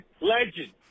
legend